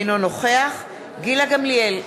אינו נוכח גילה גמליאל,